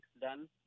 done